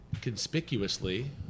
conspicuously